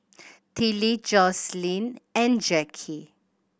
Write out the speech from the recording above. Tillie Joslyn and Jackie